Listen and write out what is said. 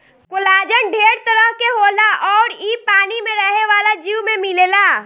collagen ढेर तरह के होला अउर इ पानी में रहे वाला जीव में मिलेला